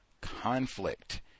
conflict